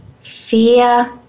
fear